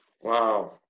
Wow